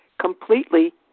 completely